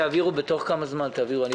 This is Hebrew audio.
בתוך כמה זמן תעבירו אלינו?